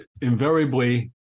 invariably